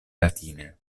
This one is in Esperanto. latine